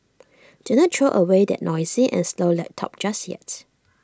do not throw away that noisy and slow laptop just yet